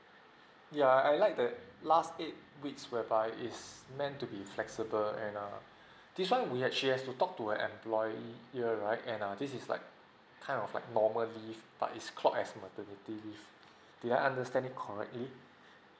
yeah I I like the last eight which whereby is meant to be flexible and err this one we actually have to talk to our employer right and err this is like kind of like normal leave but is called as maternity leave do I understand it correctly